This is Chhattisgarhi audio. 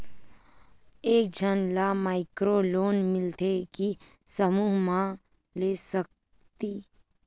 एक झन ला माइक्रो लोन मिलथे कि समूह मा ले सकती?